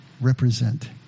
represent